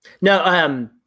No